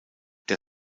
der